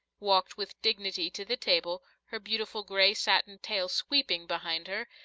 walked with dignity to the table, her beautiful gray satin tail sweeping behind her,